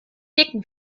dicken